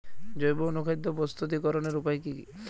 জৈব অনুখাদ্য প্রস্তুতিকরনের উপায় কী কী?